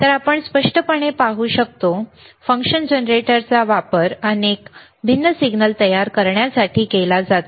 तर आपण स्पष्टपणे पाहू शकतो फंक्शन जनरेटरचा वापर अनेक भिन्न सिग्नल तयार करण्यासाठी केला जातो